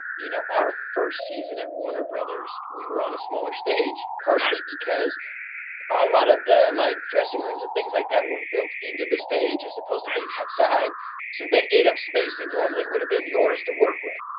you know our first season at warner brothers we were on a smaller stage, partially because a lot of the like dressing rooms and things like that were built into the stage as opposed to being outside. so they ate up space that normally would have been yours to work with.